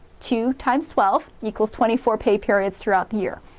two times twelve equals twenty four pay periods throughout the year.